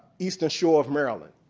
eastern shore of maryland,